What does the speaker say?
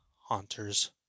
haunters